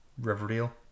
Riverdale